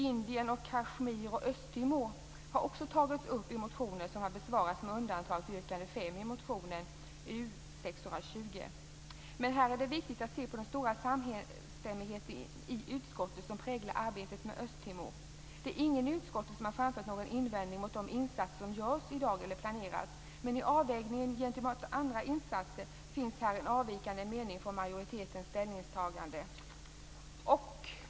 Indien, Kashmir och Östtimor har också tagits upp i motioner som har besvarats, med undantag för yrkande 5 i motion U620. Här är det viktigt att se på den stora samstämmigheten i utskottet som präglar arbetet med Östtimor. Det är ingen i utskottet som har framfört någon invändning mot de insatser som görs i dag eller planeras. Men i avvägningen gentemot andra insatser finns här en avvikande mening från majoritetens ställningstagande.